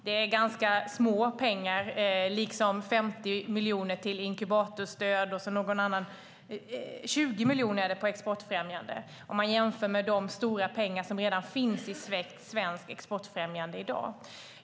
Det, liksom de 50 miljonerna till inkubatorstöd, är ganska små pengar om man jämför med de stora pengar som redan i dag finns i svenskt exportfrämjande.